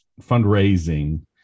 fundraising